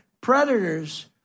predators